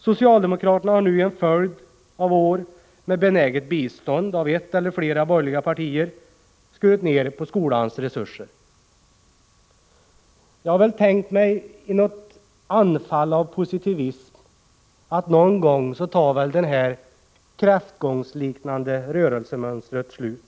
Socialdemokraterna har nu i en följd av år, med benäget bistånd av ett eller flera borgerliga partier, skurit ner på skolans resurser. Jag har väl tänkt mig, i något anfall av positivism, att någon gång tar väl detta kräftgångsliknande rörelsemönster slut.